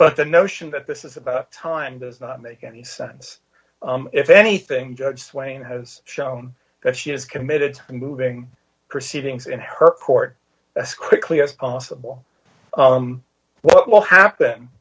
but the notion that this is about time does not make any sense if anything judge swain has shown that she is committed to moving proceedings in her court as quickly as possible what will happen